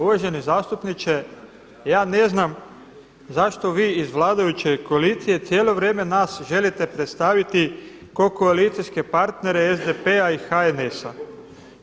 Uvaženi zastupniče ja ne znam zašto vi iz vladajuće koalicije cijelo vrijeme nas želite predstaviti kao koalicijske partnere SDP-a i HNS-a.